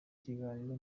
kiganiro